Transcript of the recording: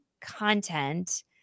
content